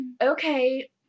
okay